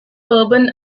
urban